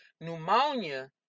pneumonia